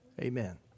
amen